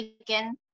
again